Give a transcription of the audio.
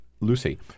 Lucy